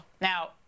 Now